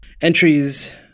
entries